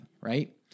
right